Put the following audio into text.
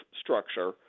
structure